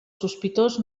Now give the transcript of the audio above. sospitós